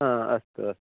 हा अस्तु अस्तु